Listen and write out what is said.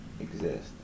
exist